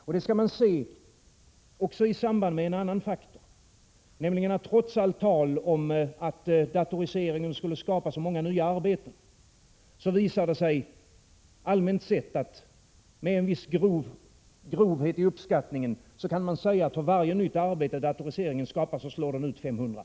Detta skall man se även i samband med en annan faktor, nämligen att det, trots allt tal om att datoriseringen skulle skapa så många nya arbeten, allmänt sett visar sig, med en viss grovhet i uppskattningen, att för varje nytt arbete datoriseringen skapar slår den ut 500.